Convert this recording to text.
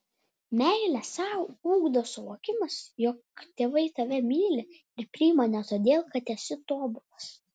meilę sau ugdo suvokimas jog tėvai tave myli ir priima ne todėl kad esi tobulas